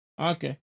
Okay